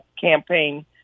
campaign